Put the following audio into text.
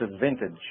vintage